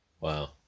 Wow